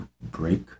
break